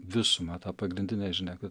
visumą tą pagrindinę žinią kad